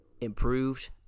improved